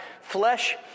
flesh